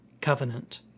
covenant